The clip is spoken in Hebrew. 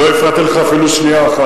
לא הפרעתי לך אפילו שנייה.